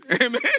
Amen